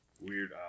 Weird